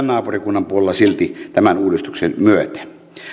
naapurikunnan puolella tämän uudistuksen myötä